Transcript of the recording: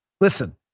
Listen